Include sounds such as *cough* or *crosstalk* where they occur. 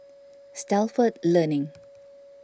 *noise* Stalford Learning